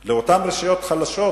של אותן רשויות חלשות,